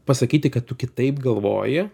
pasakyti kad tu kitaip galvoji